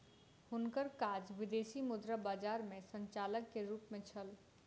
हुनकर काज विदेशी मुद्रा बजार में संचालक के रूप में छल